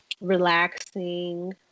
relaxing